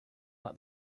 like